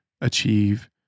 achieve